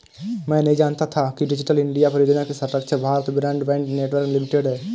मैं नहीं जानता था कि डिजिटल इंडिया परियोजना की संरक्षक भारत ब्रॉडबैंड नेटवर्क लिमिटेड है